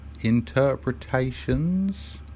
interpretations